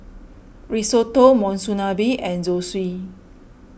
Risotto Monsunabe and Zosui